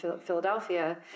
Philadelphia